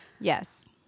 Yes